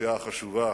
בנסיעה החשובה